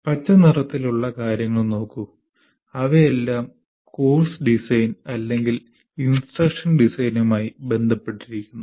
പച്ച നിറത്തിലുള്ള കാര്യങ്ങൾ നോക്കൂ അവയെല്ലാം കോഴ്സ് ഡിസൈൻ അല്ലെങ്കിൽ ഇൻസ്ട്രക്ഷൻ ഡിസൈനുമായി ബന്ധപ്പെട്ടിരിക്കുന്നു